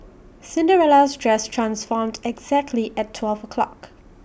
Cinderella's dress transformed exactly at twelve o'clock